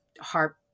harp